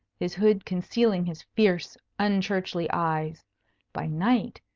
his hood concealing his fierce, unchurchly eyes by night,